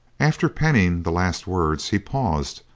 after penning the last words he paused,